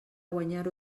guanyar